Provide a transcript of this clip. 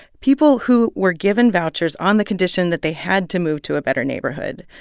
people who were given vouchers on the condition that they had to move to a better neighborhood,